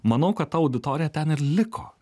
manau kad ta auditorija ten ir liko